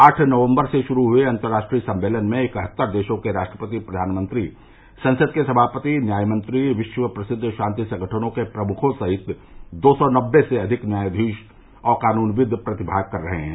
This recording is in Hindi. आठ नवम्बर से शुरू हये अन्तर्राष्ट्रीय सम्मेलन में इकहत्तर देशों के राष्ट्रपति प्रधानमंत्री संसद के सभापति न्यायमंत्री विश्व प्रसिद्व शान्ति संगठनों के प्रमुखों समेत दो सौ नबे से अधिक न्यायाधीश और कानूनविद प्रतिभाग कर रहे हैं